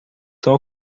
são